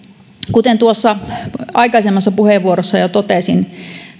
kuten tuossa aikaisemmassa puheenvuorossa jo totesin